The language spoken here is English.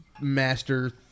Master